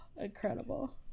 Incredible